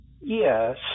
Yes